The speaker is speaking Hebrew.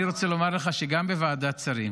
אני רוצה לומר לך שגם בוועדת שרים,